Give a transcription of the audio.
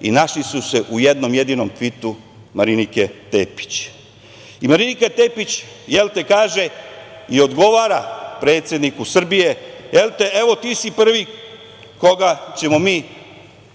i našli su se u jednom jedinom tvitu Marinike Tepić. Marinika Tepić kaže i odgovara predsedniku Srbije – evo, ti si prvi koga ćemo mi,